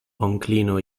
onklino